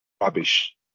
rubbish